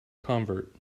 convert